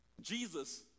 Jesus